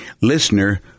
listener